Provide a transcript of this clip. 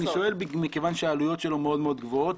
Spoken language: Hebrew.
אני שואל מכיוון שהעלויות שלו מאוד מאוד גבוהות.